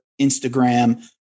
Instagram